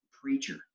preacher